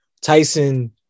Tyson